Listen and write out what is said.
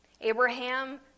Abraham